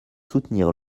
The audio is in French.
soutenir